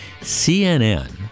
CNN